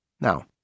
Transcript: Now